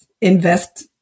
Invest